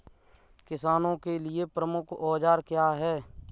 किसानों के लिए प्रमुख औजार क्या हैं?